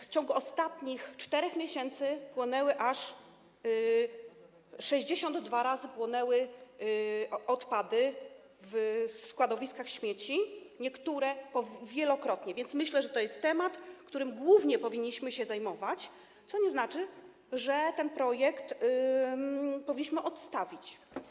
W ciągu ostatnich 4 miesięcy aż 62 razy płonęły odpady na składowiskach śmieci, niektóre wielokrotnie, więc myślę, że to jest temat, którym głównie powinniśmy się zajmować, co nie znaczy, że ten projekt powinniśmy odstawić.